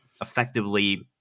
effectively –